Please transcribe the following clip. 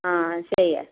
ହଁ ସେଇଆ